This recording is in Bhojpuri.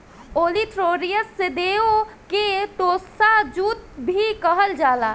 ओलीटोरियस देव के टोसा जूट भी कहल जाला